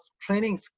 training